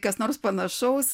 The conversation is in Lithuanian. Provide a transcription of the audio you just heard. kas nors panašaus